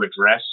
address